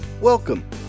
welcome